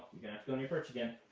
go on your perch again.